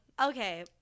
okay